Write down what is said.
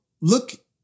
look